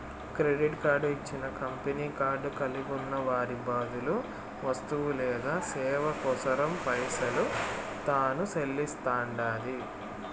credit card ఇచ్చిన company card కలిగున్న వారి బదులు వస్తువు లేదా సేవ కోసరం పైసలు తాను సెల్లిస్తండాది